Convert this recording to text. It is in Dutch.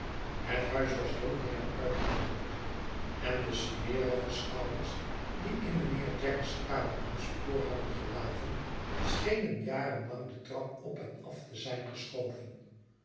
het huis was donker en uitgewoond en de smerige schouders die in mijnheer jaggers kamer hun spoor hadden gelaten schenen jaren lang de trap op en af te zijn geschoven